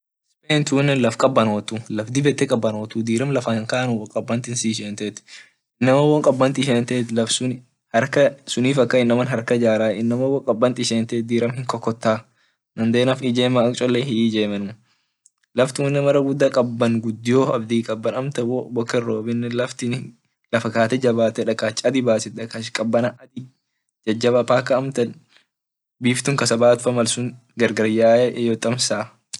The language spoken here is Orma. Spain tunne laf kabanotu laf dib ete kabanotuu diram lafa hinkanuu wo kabantin si ishent inama wo kabanti ishen sunnif haraka jaraa won kaban ishent diram hinkokotaa dadenaf ijema ak chol hiijemenuu laftunne mara guda kaban gudio kabdii mal boken robinne laftin lafa kate jabate dakach kabana jajaba mpka amtan biftun bate kasabaa.